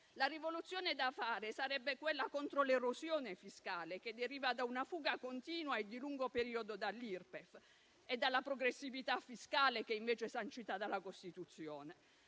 La rivoluzione da fare sarebbe quella contro l'erosione fiscale, che deriva da una fuga continua e di lungo periodo dall'Irpef e dalla progressività fiscale, che invece è sancita dalla Costituzione.